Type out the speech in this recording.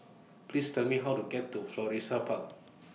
Please Tell Me How to get to Florissa Park